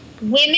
women